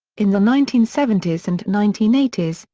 in the nineteen seventy s and nineteen eighty s,